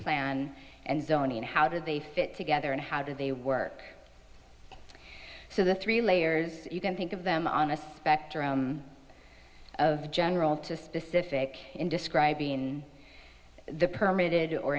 plan and zoning how do they fit together and how do they work so the three layers you can think of them on a spectrum of general to specific in describing the permitted or